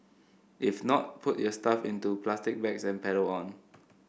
if not put your stuff into plastic bags and pedal on